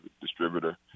distributor